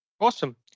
Awesome